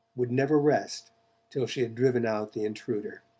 would never rest till she had driven out the intruder.